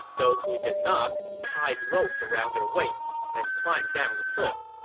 those who did not tied ropes around their waists and climbed down the cliff.